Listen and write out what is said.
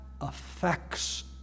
affects